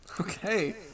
Okay